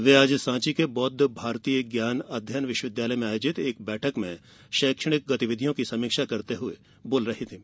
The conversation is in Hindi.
वे आज सांची के बौद्व भारतीय ज्ञान अध्ययन विश्वविद्यालय में आर्योजित एक बैठक में शैक्षणिक गतिविधियों की समीक्षा करते हुए बोल रही थीं